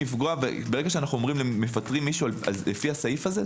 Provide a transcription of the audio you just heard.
ברגע שאנו מפטרים מישהו לפי הסעיף הזה,